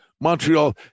Montreal